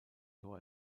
tor